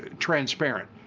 transparent.